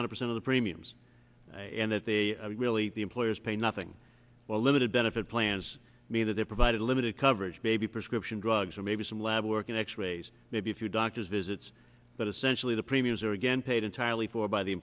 a hundred percent of the premiums and that they really the employers pay nothing well limited benefit plans mean that they're provided limited coverage baby prescription drugs or maybe some lab work and x rays maybe a few doctor's visits but essentially the premiums are again paid entirely for by the